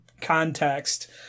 context